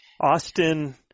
Austin